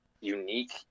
unique